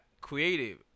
creative